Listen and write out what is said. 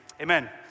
Amen